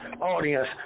audience